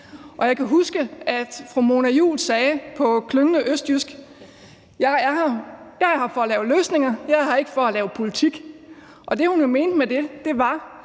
Jeg kan huske, at fru Mona Juul sagde på klingende østjysk: Jeg er her for at lave løsninger, jeg er her ikke for at lave politik. Det, hun jo mente med det, var,